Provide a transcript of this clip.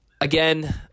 again